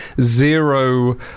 zero